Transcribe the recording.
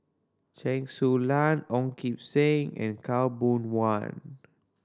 Chen Su Lan Ong Kim Seng and Khaw Boon Wan